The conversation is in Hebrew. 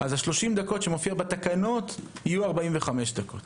אז ה-30 דקות שמופיעים בתקנות, יהיו 45 דקות.